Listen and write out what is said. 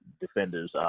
defenders